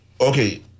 okay